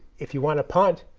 if you want to punt,